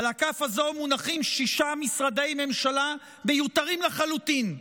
על הכף הזו מונחים שישה משרדי ממשלה מיותרים לחלוטין,